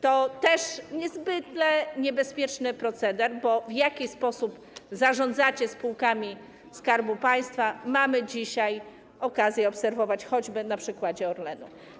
To też niezwykle niebezpieczny proceder, bo to, w jaki sposób zarządzacie spółkami Skarbu Państwa, mamy okazję dzisiaj obserwować, choćby na przykładzie Orlenu.